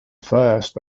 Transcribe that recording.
first